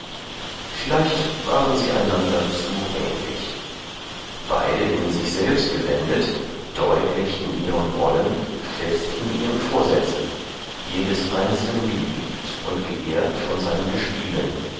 vielleicht waren sie einander zu ähnlich beide in sich selbst gewendet deutlich in ihrem wollen fest in ihren vorsätzen jedes einzeln geliebt und geehrt von seinen gespielen